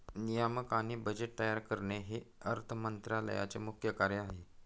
नियामक आणि बजेट तयार करणे हे अर्थ मंत्रालयाचे मुख्य कार्य आहे